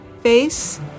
face